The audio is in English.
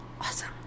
awesome